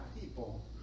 people